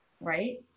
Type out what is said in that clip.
right